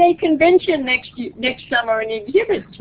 ah convention next next summer and exhibit.